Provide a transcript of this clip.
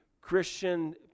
christian